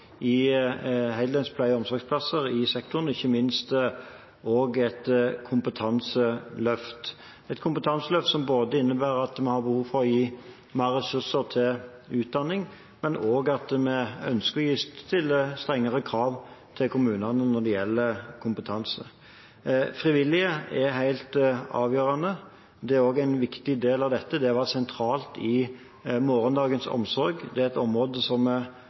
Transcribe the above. pleie- og omsorgsplasser i sektoren og ikke minst et kompetanseløft – et kompetanseløft som innebærer at man har behov for å gi mer ressurser til utdanning, samtidig som vi ønsker å stille strengere krav til kommunene når det gjelder kompetanse. Frivillige er helt avgjørende. Det er også en viktig del av dette. Det er sentralt i Morgendagens omsorg. Det er et område som